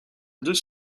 deux